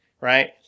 right